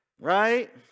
Right